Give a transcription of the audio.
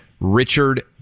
Richard